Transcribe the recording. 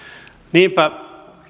niinpä